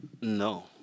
No